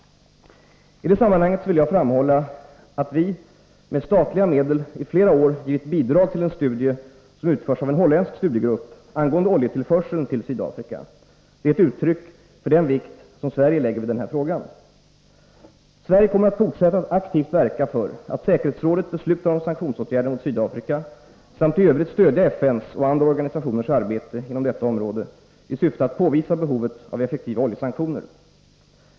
I detta sammanhang vill jag framhålla att vi med statliga medel i flera år givit bidrag till en studie som utförs av en holländsk studiegrupp angående oljetillförseln till Sydafrika. Detta är ett uttryck för den vikt Sverige lägger vid denna fråga. Sverige kommer att fortsätta att aktivt verka för att säkerhetsrådet beslutar om sanktionsåtgärder mot Sydafrika samt i övrigt stödja FN:s och andra organisationers arbete inom detta område i syfte att påvisa behovet av effektiva oljesanktioner.